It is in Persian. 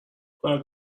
باید